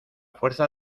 fuerza